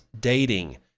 dating